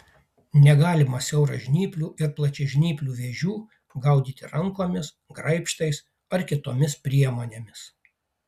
negalima siauražnyplių ir plačiažnyplių vėžių gaudyti rankomis graibštais ar kitomis priemonėmis